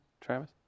Travis